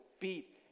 beat